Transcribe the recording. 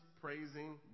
praising